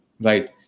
right